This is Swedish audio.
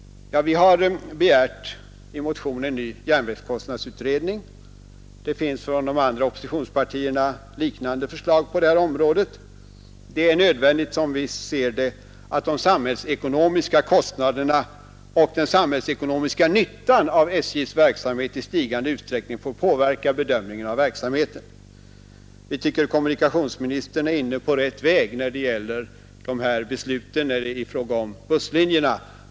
Vi har i motion begärt en ny järnvägskostnadsutredning. Från de andra oppositionspartierna föreligger liknande förslag på detta område. Det är nödvändigt, som vi ser det, att de samhällsekonomiska kostnaderna och den samhällsekonomiska nyttan av SJ:s verksamhet i stigande utsträckning får påverka bedömningen av verksamheten. Vi tycker att kommunikationsministern är inne på rätt väg när det gäller besluten i fråga om busslinjerna.